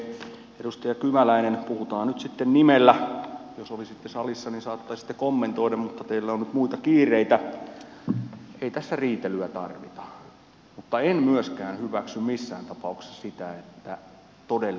ensiksi edustaja kymäläinen puhutaan nyt sitten nimellä ja jos olisitte salissa niin saattaisitte kommentoida mutta teillä on nyt muita kiireitä ei tässä riitelyä tarvita mutta en myöskään hyväksy missään tapauksessa sitä että todellisuutta muunnellaan totuudenvastaiseksi